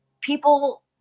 people